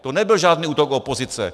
To nebyl žádný útok opozice.